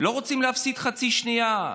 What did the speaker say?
לא רוצים להפסיד חצי שנייה,